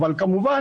אבל כמובן